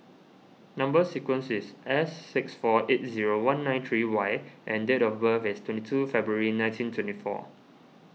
Number Sequence is S six four eight zero one nine three Y and date of birth is twenty two February nineteen twenty four